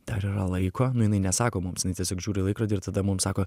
dar yra laiko nu jinai nesako mums jinai tiesiog žiūri į laikrodį ir tada mum sako